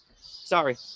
Sorry